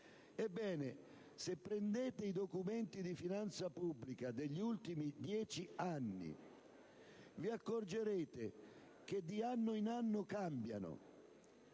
Ebbene, se prendete i documenti di finanza pubblica degli ultimi dieci anni, vi accorgerete che cambiano di anno in